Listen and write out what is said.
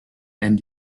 end